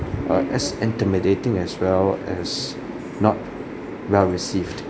err as intimidating as well as not well-received